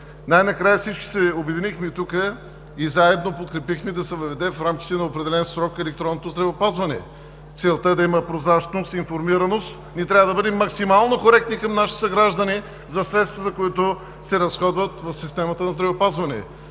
Най-накрая всички тук се обединихме и заедно подкрепихме да се въведе в рамките на определен срок електронното здравеопазване. Целта е да има прозрачност и информираност. Ние трябва да бъдем максимално коректни към нашите съграждани за средствата, които се разходват в системата на здравеопазването.